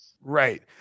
Right